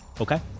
Okay